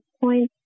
point